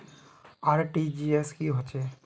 RTGS की होचए?